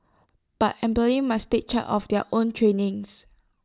but employees must take charge of their own trainings